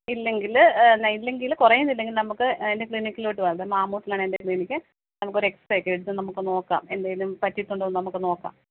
ഇല്ലെങ്കിൽ എന്നാൽ ഇല്ലെങ്കിൽ കുറയുന്നില്ലെങ്കിൽ നമുക്ക് എൻ്റെ ക്ലിനിക്കിലോട്ട് വാ മാമോസിലാണ് എൻ്റെ ക്ലിനിക്ക് നമുക്കൊരു എക്സ്റേ ഒക്കെ എടുത്ത് നമുക്ക് നോക്കാം എന്തെങ്കിലും പറ്റിയിട്ടുണ്ടോ എന്ന് നമുക്ക് നോക്കാം